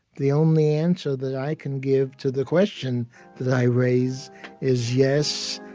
the only answer that i can give to the question that i raise is, yes,